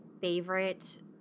favorite